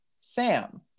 Sam